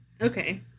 Okay